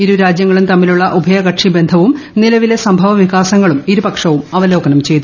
ഇരു രാജൃങ്ങളും തമ്മിലുള്ള ഉഭയകക്ഷി ബന്ധവും നിലവിലെ സംഭവവികാസങ്ങളും ഇരുപക്ഷവും അവലോകനം ചെയ്തു